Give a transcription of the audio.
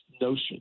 notion